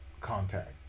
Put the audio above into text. contact